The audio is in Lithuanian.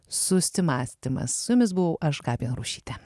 susimąstymas su jumis buvau aš gabija narušytė